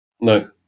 No